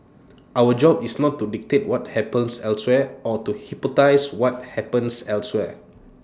our job is not to dictate what happens elsewhere or to hypothesise what happens elsewhere